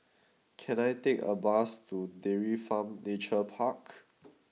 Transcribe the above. can I take a bus to Dairy Farm Nature Park